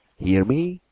hear me?